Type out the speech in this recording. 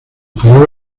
jarabe